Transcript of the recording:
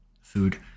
Food